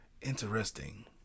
interesting